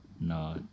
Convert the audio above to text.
No